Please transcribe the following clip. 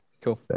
Cool